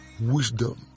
wisdom